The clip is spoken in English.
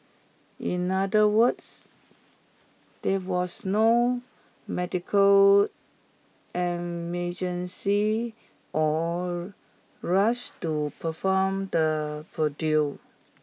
in other words there was no medical or rush to perform the procedure